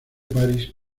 paris